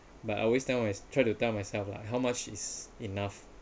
but I always tell my try to tell myself lah how much is enough